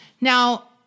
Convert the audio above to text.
Now